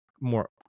more